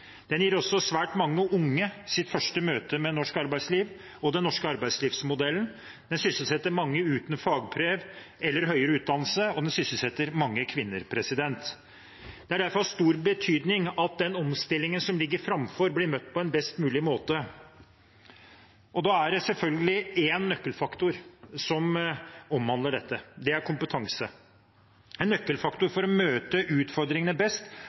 Den gir også svært mange unge sitt første møte med norsk arbeidsliv og den norske arbeidslivsmodellen. Den sysselsetter mange uten fagbrev eller høyere utdannelse, og den sysselsetter mange kvinner. Det er derfor av stor betydning at den omstillingen som kommer, blir møtt på en best mulig måte. Da er det selvfølgelig én nøkkelfaktor som omhandler dette. Det er kompetanse. En nøkkelfaktor for å møte utfordringene best